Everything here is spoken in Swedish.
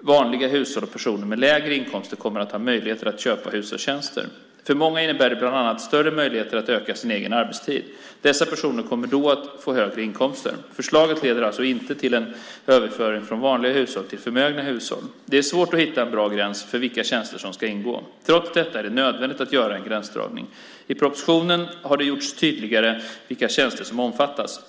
vanliga hushåll och personer med lägre inkomster kommer att ha möjlighet att köpa hushållstjänster. För många innebär det bland annat större möjligheter att öka sin egen arbetstid. Dessa personer kommer då att få högre inkomster. Förslaget leder alltså inte till en överföring från vanliga hushåll till förmögna hushåll. Det är svårt att hitta en bra gräns för vilka tjänster som ska ingå. Trots detta är det nödvändigt att göra en gränsdragning. I propositionen har det gjorts tydligare vilka tjänster som omfattas.